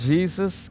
Jesus